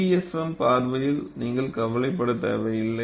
LEFM பார்வையில் நீங்கள் கவலைப்பட தேவையில்லை